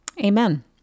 Amen